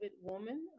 woman